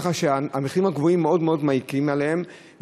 ככה שהמחירים הגבוהים מאוד מאוד מעיקים עליהם.